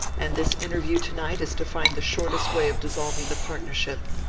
and this interview to-night is to find the shortest way of dissolving the partnership.